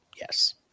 yes